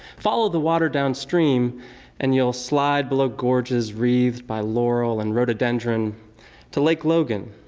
follow the water downstream and you'll slide below gorges wreathed by laurel and rhododendron to lake logan,